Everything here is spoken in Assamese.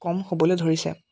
কম হ'বলৈ ধৰিছে